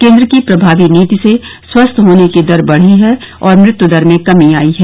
केन्द्र की प्रभावी नीति से स्वस्थ होने की दर बढ़ी है और मृत्य दर में कमी आई है